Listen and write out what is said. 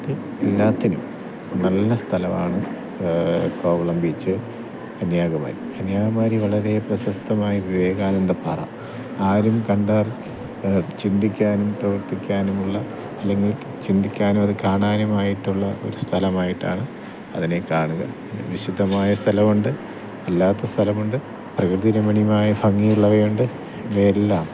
എല്ലാത്തിനും നല്ല സ്ഥലമാണ് കോവളം ബീച്ച് കന്യാകുമാരി കന്യാകുമാരി വളരെ പ്രശസ്തമായ വിവേകാനന്ദ പാറ ആരും കണ്ടാൽ ചിന്തിക്കാനും പ്രവർത്തിക്കാനുമുള്ള അല്ലെങ്കിൽ ചിന്തിക്കാനും അത് കാണാനുമായിട്ടുള്ള ഒരു സ്ഥലമായിട്ടാണ് അതിനെ കാണുന്നത് വിശുദ്ധമായ സ്ഥലമുണ്ട് അല്ലാത്ത സ്ഥലമുണ്ട് പ്രകൃതി രമണീയമായ ഭംഗിയുള്ളവയുണ്ട് ഇവയെല്ലാം